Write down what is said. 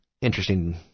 interesting